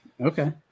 okay